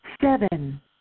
Seven